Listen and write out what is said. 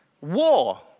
war